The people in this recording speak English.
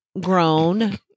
grown